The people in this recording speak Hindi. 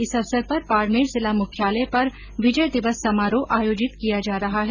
इस अवसर पर बाड़मेर जिला मुख्यालय पर विजय दिवस समारोह आयोजित किया जा रहा है